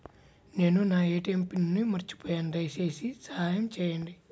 నేను నా ATM pin మర్చిపోయాను దయచేసి సహాయం చేయండి